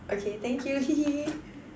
okay thank you hee hee hee